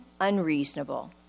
unreasonable